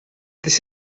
this